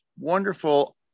wonderful